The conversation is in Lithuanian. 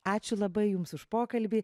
ačiū labai jums už pokalbį